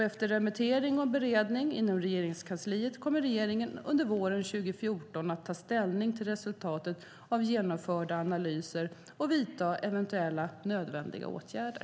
Efter remittering och beredning inom Regeringskansliet kommer regeringen under våren 2014 att ta ställning till resultatet av genomförda analyser och vidta eventuella nödvändiga åtgärder.